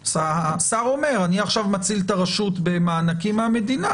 השר אומר שהוא עכשיו מציל את הרשות במענקים מהמדינה,